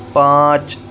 پانچ